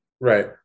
Right